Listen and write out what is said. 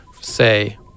say